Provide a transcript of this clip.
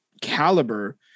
caliber